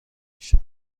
میشن